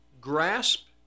grasp